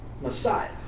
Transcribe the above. Messiah